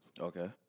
Okay